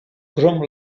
krom